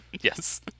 Yes